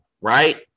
right